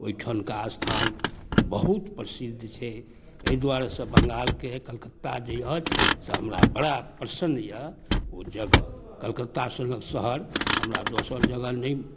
ओहिठामके अस्थान बहुत प्रसिद्ध छै एहि दुआरेसँ बङ्गालके कलकत्ता जे अछि से हमरा बड़ा पसिन्न अइ ओ जगह कलकत्तासनके शहर हमरा दोसर जगह नहि